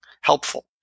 helpful